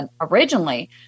originally